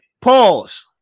Pause